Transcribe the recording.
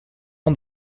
ans